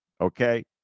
okay